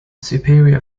superior